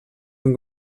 són